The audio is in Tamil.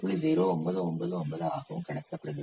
0999 ஆகவும் கணக்கிடப்படுகிறது